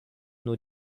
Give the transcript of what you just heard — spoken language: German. nur